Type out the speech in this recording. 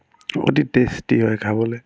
অতি টেষ্টি হয় খাবলৈ